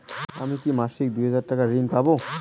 আমি কি মাসিক দুই হাজার টাকার ঋণ পাব?